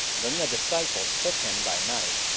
then the disciples took him by night,